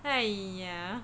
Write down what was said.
!aiya!